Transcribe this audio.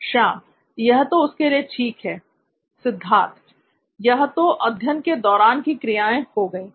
श्याम यह तो उसके लिए ठीक है सिद्धार्थ यह तो अध्ययन के "दौरान" की क्रियाएं हो गई